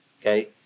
okay